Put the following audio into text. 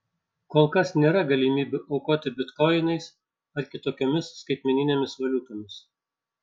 kol kas nėra galimybių aukoti bitkoinais ar kitokiomis skaitmeninėmis valiutomis